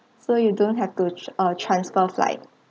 so you don't have to uh transfer flight